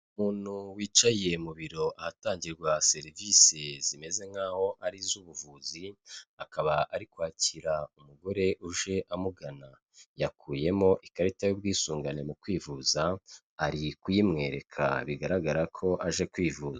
Umuntu wicaye mu biro ahatangirwa serivisi zimeze nk'aho ari z'ubuvuzi, akaba ari kwakira umugore uje amugana, yakuyemo ikarita y'ubwisungane mu kwivuza, ari kuyimwereka bigaragara ko aje kwivuza.